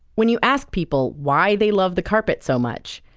when you ask people why they love the carpet so much,